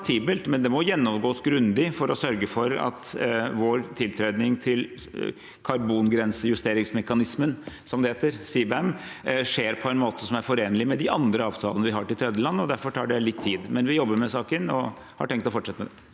men det må gjennomgås grundig for å sørge for at vår tiltredelse til karbongrensejusteringsmekanismen – som det heter, altså CBAM – skjer på en måte som er forenlig med de andre avtalene vi har med tredjeland. Derfor tar det litt tid, men vi jobber med saken og har tenkt å fortsette med det.